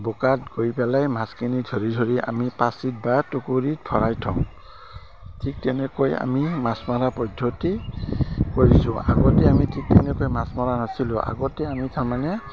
বোকাত গৈ পেলাই মাছখিনি ধৰি ধৰি আমি পাচিত বা টুকুৰিত ভৰাই থওঁ ঠিক তেনেকৈ আমি মাছ মৰা পদ্ধতি কৰিছোঁ আগতে আমি ঠিক তেনেকৈ মাছ মৰা নাছিলোঁ আগতে আমি তাৰমানে